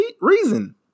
reason